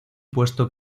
puesto